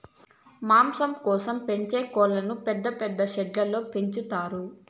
మాంసం కోసం పెంచే కోళ్ళను పెద్ద పెద్ద షెడ్లలో పెంచుతారు